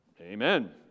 amen